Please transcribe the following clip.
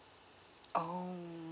oh